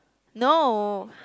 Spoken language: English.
no